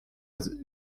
was